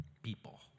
people